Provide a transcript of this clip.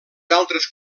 altres